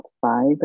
five